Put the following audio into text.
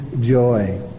joy